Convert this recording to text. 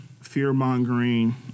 fear-mongering